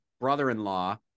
brother-in-law